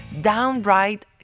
downright